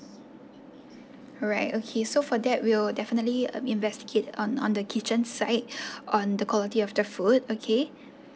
alright okay so for that we'll definitely um investigate on on the kitchen side on the quality of the food okay